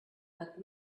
but